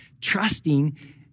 Trusting